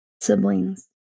siblings